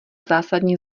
zásadní